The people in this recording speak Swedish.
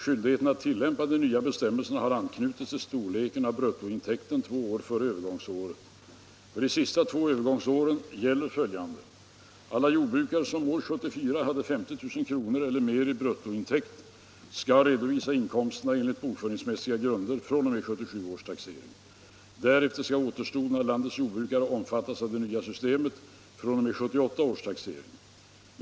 Skyldigheten att tillämpa de nya bestämmelserna har anknutits till storleken av bruttointäkten två år före övergångsåret. För de sista två övergångsåren gäller följande. Alla jordbrukare som år 1974 hade 50 000 kr. eller mer i bruttointäkt skall redovisa inkomsterna enligt bokföringsmässiga grunder fr.o.m. 1977 års taxering. Därefter skall återstoden av landets jordbrukare omfattas av det nya systemet fr.o.m. 1978 års taxering.